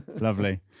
Lovely